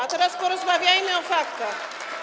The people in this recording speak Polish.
A teraz porozmawiajmy o faktach.